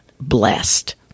blessed